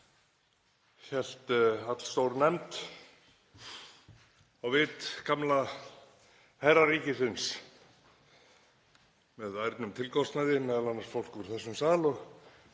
hélt allstór nefnd á vit gamla herraríkisins með ærnum tilkostnaði, m.a. fólk úr þessum sal.